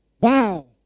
Wow